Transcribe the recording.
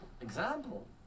Example